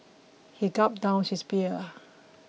he gulped down his beer